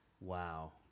Wow